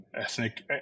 ethnic